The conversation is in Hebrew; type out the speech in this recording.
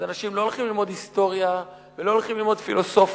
אז אנשים לא הולכים ללמוד היסטוריה ולא הולכים ללמוד פילוסופיה,